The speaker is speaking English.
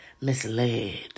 misled